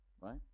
Right